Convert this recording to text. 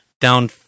Down